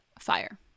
Fire